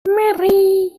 mary